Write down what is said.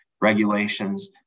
regulations